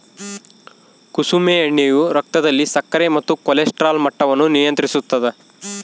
ಕುಸುಮೆ ಎಣ್ಣೆಯು ರಕ್ತದಲ್ಲಿನ ಸಕ್ಕರೆ ಮತ್ತು ಕೊಲೆಸ್ಟ್ರಾಲ್ ಮಟ್ಟವನ್ನು ನಿಯಂತ್ರಿಸುತ್ತದ